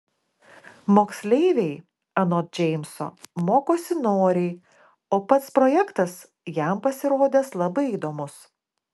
moksleiviai anot džeimso mokosi noriai o pats projektas jam pasirodęs labai įdomus